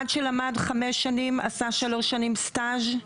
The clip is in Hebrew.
אחד שלמד חמש שנים, עשה שלוש שנים סטאז'.